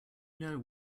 know